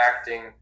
acting